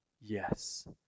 yes